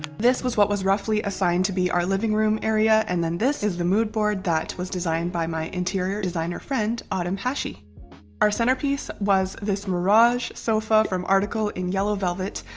this was what was roughly assigned to be our living room area and then this is the mood board that was designed by my interior designer friend. autumn hachey our centerpiece was this mirage sofa from article in yellow velvet.